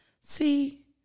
see